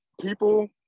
People